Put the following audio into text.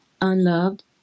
unloved